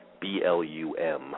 B-L-U-M